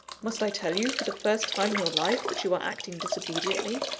must i tell you for the first time in your life, that you are acting disobediently?